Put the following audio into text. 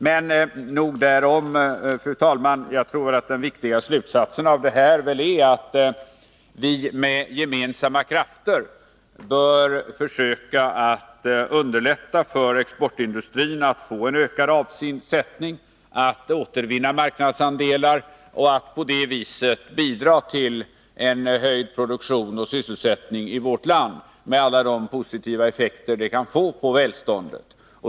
Men nog därom, fru talman, jag tror att den viktiga slutsatsen av detta är att vi med gemensamma krafter bör försöka underlätta för exportindustrin att få en ökad avsättning, att återvinna marknadsandelar och på det viset bidra till en höjd produktion och sysselsättning i vårt land, med alla de positiva effekter det kan få på välståndet.